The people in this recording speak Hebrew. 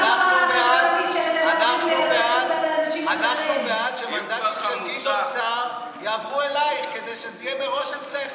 אנחנו בעד שמנדטים של גדעון סער יעברו אלייך כדי שזה יהיה מראש אצלך,